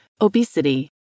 Obesity